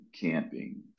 camping